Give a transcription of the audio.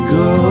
go